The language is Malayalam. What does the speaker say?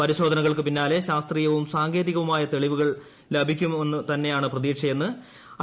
പരിശോധനകൾക്ക് പിന്നാലെ ശാസ്ത്രീയവും സാങ്കേതികവുമായ തെളിവുകൾ ലഭിക്കുമെന്ന് തന്നെയാണ് പ്രതീക്ഷയെന്ന് ഐ